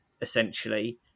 essentially